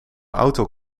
auto